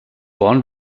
wollen